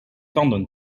tanden